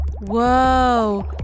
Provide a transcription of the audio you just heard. Whoa